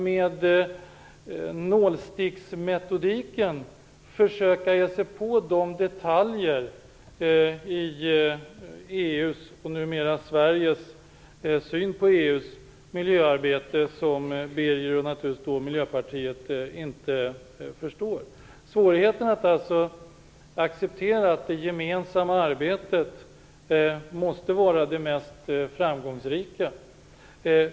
Med nålsticksmetoden försöker han ge sig på de detaljer i EU:s, och numera Sveriges, syn på miljöarbete som han och Miljöpartiet inte förstår. Man har svårt att acceptera att det gemensamma arbetet måste vara det mest framgångsrika.